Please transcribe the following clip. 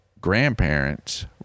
grandparents